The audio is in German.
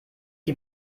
die